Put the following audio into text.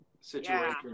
situation